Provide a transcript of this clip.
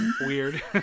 Weird